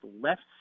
left